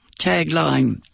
tagline